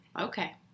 Okay